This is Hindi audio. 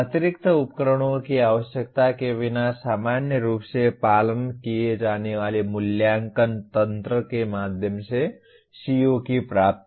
अतिरिक्त उपकरणों की आवश्यकता के बिना सामान्य रूप से पालन किए जाने वाले मूल्यांकन तंत्र के माध्यम से CO की प्राप्ति